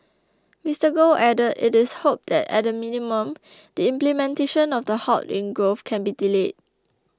Mister Goh added it is hoped that at the minimum the implementation of the halt in growth can be delayed